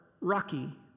Rocky